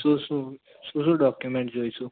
શું શું શું ડોક્યુમેન્ટ જોઈશે